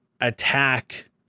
attack